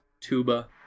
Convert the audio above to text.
Tuba